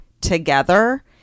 together